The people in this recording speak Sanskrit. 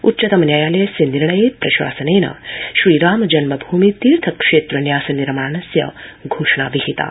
उच्चतम न्यायालयस्य निर्णये प्रशासेन श्री राम जन्मभूमि तीर्थ क्षेत्र न्यास निर्माणस्य घोषणा विहिता